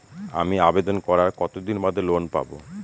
আমি আবেদন করার কতদিন বাদে লোন পাব?